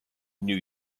new